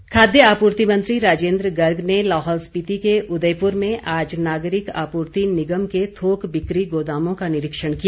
निरीक्षण खाद्य आपूर्ति मंत्री राजेन्द्र गर्ग ने लाहौल स्पीति के उदयपूर में आज नागरिक आपूर्ति निगम के थोक बिक्री गोदामों का निरीक्षण किया